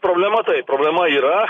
problema taip problema yra